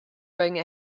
wearing